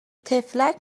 طفلک